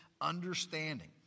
understanding